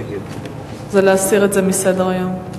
זה להסיר את זה מסדר-היום.